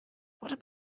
what